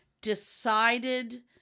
decided